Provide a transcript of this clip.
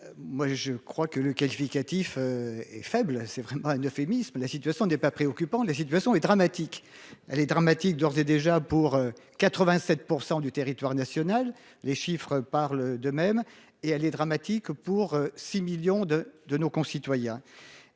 Moi je crois que le qualificatif est faible, c'est vraiment un euphémisme. La situation n'est pas préoccupant, la situation est dramatique. Elle est dramatique d'ores et déjà pour 87% du territoire national, les chiffres parlent d'eux-mêmes et elle est dramatique pour 6 millions de de nos concitoyens.